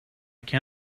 can